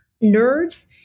nerves